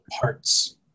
parts